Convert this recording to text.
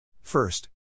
First